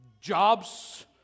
jobs